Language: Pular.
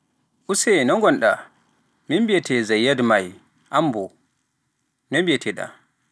Use no ngonɗaa, miin mbiyetee Zayyad Mai, aan boo no mbi'ete-ɗaa?